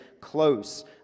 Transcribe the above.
close